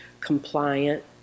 compliant